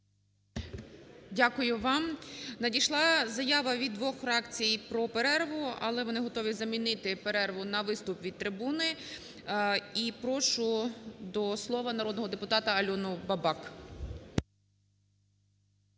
Дякую вам. Надійшла заява від двох фракцій про перерву, але вони готові замінити перерву на виступ від трибуни. І прошу до слова народного депутата Альону Бабак.